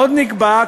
עוד נקבע,